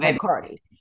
Cardi